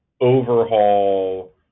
overhaul